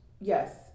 Yes